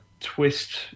Twist